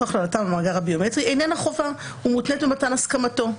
הכללתם במאגר הביומטרי איננה חובה ומותנית במתן הסכמתו.